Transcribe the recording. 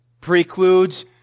Precludes